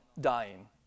dying